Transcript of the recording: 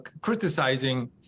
criticizing